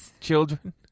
children